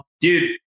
dude